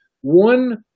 one